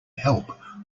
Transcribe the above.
help